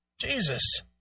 Jesus